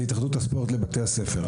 זה התאחדות הספורט לבתי הספר.